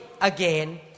again